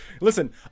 Listen